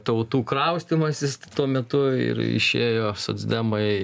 tautų kraustymasis tuo metu ir išėjo socdemai